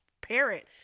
parent